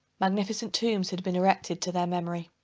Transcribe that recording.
magnificent tombs had been erected to their memory.